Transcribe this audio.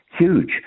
huge